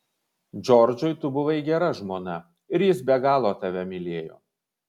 džordžui tu buvai gera žmona ir jis be galo tave mylėjo